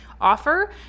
offer